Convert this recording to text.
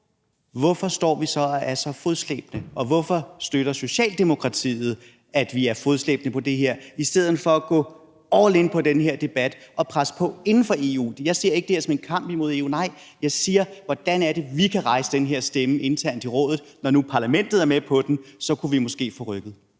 hvorfor står vi så og er så fodslæbende? Og hvorfor støtter Socialdemokratiet, at vi er fodslæbende på det her punkt i stedet for at gå all in i den her debat og presse på inden for EU? Jeg ser ikke det her som en kamp imod EU. Nej, jeg spørger, hvordan det er, vi kan rejse den her stemme internt i Rådet. Når nu Europa-Parlamentet er med på den, kunne vi måske få rykket